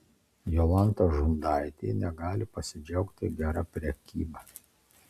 jolanta žundaitė negali pasidžiaugti gera prekyba